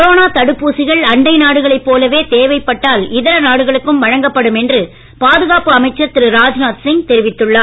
corona தடுப்பூசிகள் அண்டை நாடுகளை போலவே தேவைப் பட்டால் இதர நாடுகளுக்கும் வழங்கப்படும் என்று பாதுகாப்பு அமைச்சர் திரு ராஜ்நாத் சிங் தெரிவித்துள்ளார்